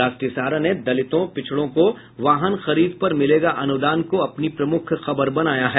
राष्ट्रीय सहारा ने दलितों पिछड़ों को वाहन खरीद पर मिलेगा अनुदान को अपनी प्रमुख बनाया है